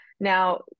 Now